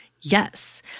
Yes